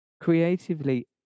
creatively